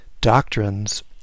doctrines